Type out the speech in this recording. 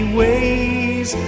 ways